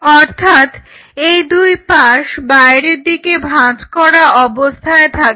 অর্থাৎ এই দুই পাশ বাইরের দিকে ভাঁজ করা অবস্থায় থাকে